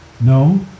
No